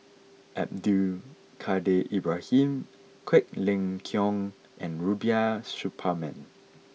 Abdul Kadir Ibrahim Quek Ling Kiong and Rubiah Suparman